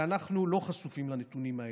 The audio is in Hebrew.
ואנחנו לא חשופים לנתונים האלה.